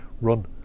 run